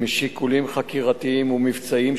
משיקולים חקירתיים ומבצעיים,